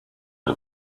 are